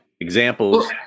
Examples